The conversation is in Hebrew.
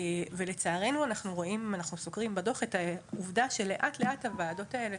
אם אנחנו סוקרים בדוח את העובדה שלאט לאט הוועדות האלה